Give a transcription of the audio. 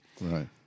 Right